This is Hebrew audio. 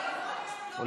הוא לא יכול להצביע.